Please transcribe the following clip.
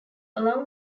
along